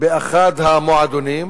באחד המועדונים,